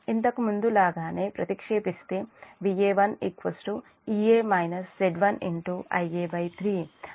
ఇంతకుముందు లాగానే ప్రతిక్షేపిస్తేVa1 Ea - Z1 Ia3 Ia1 Ia3